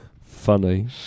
Funny